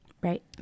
Right